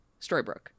Storybrooke